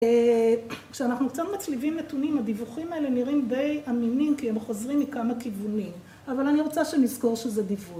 כשאנחנו קצת מצליבים נתונים הדיווחים האלה נראים די אמינים כי הם חוזרים מכמה כיוונים אבל אני רוצה שנזכור שזה דיווח